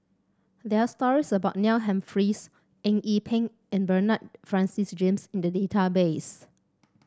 there's stories about Neil Humphreys Eng Yee Peng and Bernard Francis James in the database